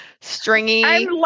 stringy